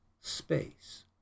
space